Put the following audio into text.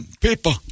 People